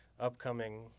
upcoming